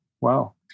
Wow